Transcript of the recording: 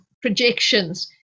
projections